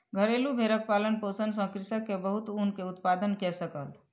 घरेलु भेड़क पालन पोषण सॅ कृषक के बहुत ऊन के उत्पादन कय सकल